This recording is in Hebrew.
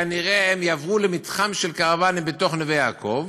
כנראה הם יעברו למתחם של קרוונים בתוך נווה-יעקב,